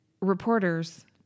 reporters